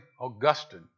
Augustine